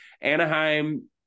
Anaheim